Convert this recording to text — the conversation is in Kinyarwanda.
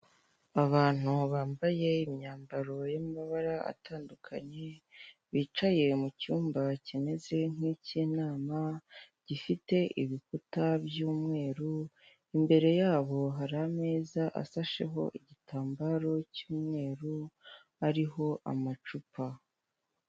Abantu bambaye imyambaro yo mu mabara atandukanye bicaye mu cyumba kimeze nk'icy'inama gifite ibikuta by'umweru, imbere yabo hari ameza asasheho igitambaro cy'umweru hariho amacupa.